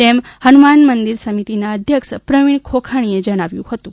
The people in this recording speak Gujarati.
તેમ હનુમાન મંદિર સમિતિના અધ્યક્ષ પ્રવિણ ખોખાણીએ જણાવ્યું હતું